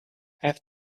have